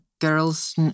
girls